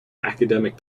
academic